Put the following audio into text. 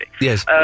Yes